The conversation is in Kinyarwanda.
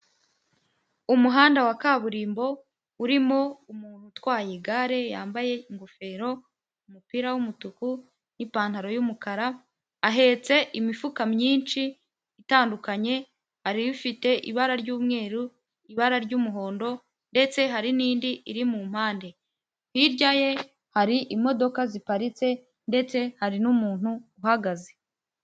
Umuhanda wa kaburimbo, urimo umuntu utwaye igare yambaye ingofero, umupira w'umutuku, n'ipantaro y'umukara, ahetse imifuka myinshi itandukanye, hari ifite ibara ry'umweru, ibara ry'umuhondo, ndetse hari n'indi iri mu mpande, hirya ye hari imodoka ziparitse ndetse hari n'umuntu uhagaze.